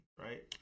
right